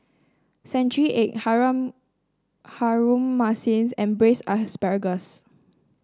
Century Egg Harum Manis and Braised Asparagus